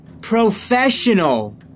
professional